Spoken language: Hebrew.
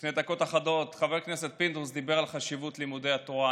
לפני דקות אחדות חבר הכנסת פינדרוס דיבר על חשיבות לימודי התורה.